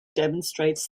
demonstrates